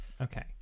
Okay